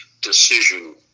decision